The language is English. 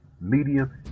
medium